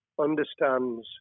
understands